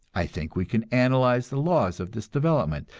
i think we can analyze the laws of this development,